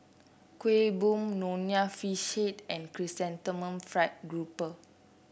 Kuih Bom Nonya Fish Head and Chrysanthemum Fried Grouper